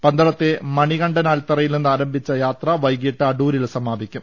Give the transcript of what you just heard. പന്തളത്തെ മണികണ്ഠനാൽത്തറയിൽ നിന്നാരം ഭിച്ച യാത്ര വൈകീട്ട് അടൂരിൽ സമാപിക്കും